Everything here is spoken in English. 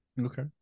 Okay